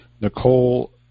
Nicole